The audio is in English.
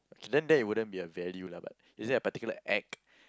K then that won't be a value lah but is there a particular act